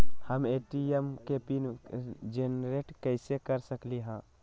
हम ए.टी.एम के pin generate कईसे कर सकली ह?